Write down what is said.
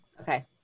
Okay